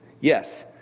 Yes